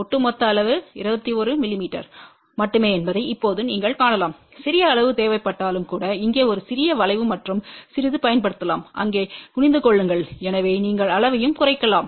ஒட்டுமொத்த அளவு 21 மிமீ மட்டுமே என்பதை இப்போது நீங்கள் காணலாம் சிறிய அளவு தேவைப்பட்டாலும் கூட இங்கே ஒரு சிறிய வளைவு மற்றும் சிறிது பயன்படுத்தலாம் அங்கே குனிந்து கொள்ளுங்கள் எனவே நீங்கள் அளவையும் குறைக்கலாம்